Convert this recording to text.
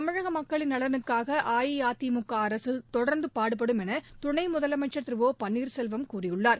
தமிழகமக்களின் நலனுக்காகஅஇஅதிமுகஅரசுதொடர்ந்துபாடுபடும் எனதுணைமுதலமைச்சர் திரு ஒ பன்னீர்செல்வம் கூறியுள்ளார்